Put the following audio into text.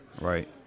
Right